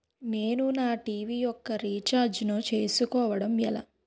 నేను నా టీ.వీ యెక్క రీఛార్జ్ ను చేసుకోవడం ఎలా?